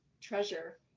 treasure